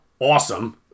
awesome